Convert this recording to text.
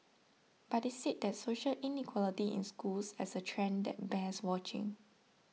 but they said that social inequality in schools is a trend that bears watching